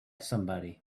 somebody